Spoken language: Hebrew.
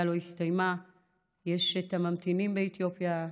לא הסתיימה ויש את הממתינים באתיופיה.